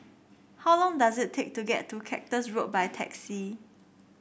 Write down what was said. how long does it take to get to Cactus Road by taxi